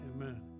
amen